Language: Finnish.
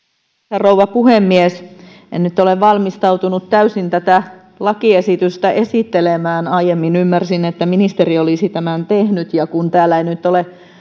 rouva puhemies en nyt ole täysin valmistautunut tätä lakiesitystä esittelemään aiemmin ymmärsin että ministeri olisi sen tehnyt ja kun täällä ei nyt ole